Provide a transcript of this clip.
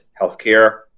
healthcare